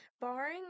barring